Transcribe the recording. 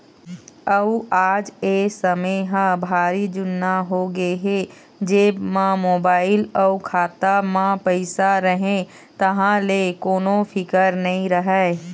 अउ आज ए समे ह भारी जुन्ना होगे हे जेब म मोबाईल अउ खाता म पइसा रहें तहाँ ले कोनो फिकर नइ रहय